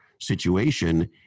situation